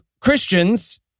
Christians